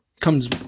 comes